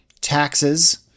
taxes